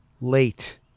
late